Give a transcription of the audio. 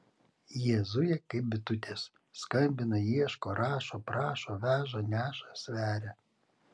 jie zuja kaip bitutės skambina ieško rašo prašo veža neša sveria